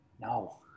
No